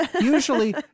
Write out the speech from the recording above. Usually